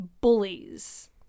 bullies